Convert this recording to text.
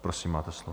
Prosím, máte slovo.